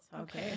Okay